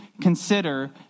consider